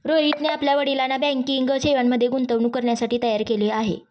रोहितने आपल्या वडिलांना बँकिंग सेवांमध्ये गुंतवणूक करण्यासाठी तयार केले आहे